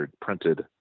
printed